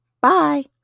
bye